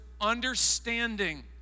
understanding